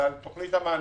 זה על תוכנית המענקים,